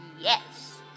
Yes